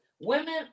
women